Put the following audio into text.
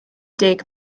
deg